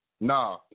Nah